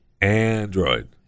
Android